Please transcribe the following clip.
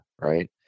right